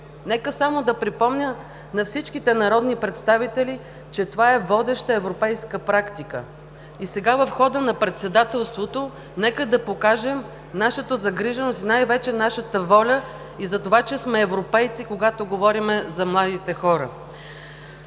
Нека само да припомня на всички народни представители, че това е водеща европейска практика. Сега в хода на Председателството нека да покажем нашата загриженост, най-вече нашата воля и това, че сме европейци, когато говорим за младите хора.